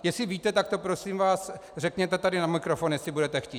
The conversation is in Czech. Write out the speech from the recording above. Jestli víte, tak to prosím vás řekněte tady na mikrofon, jestli budete chtít.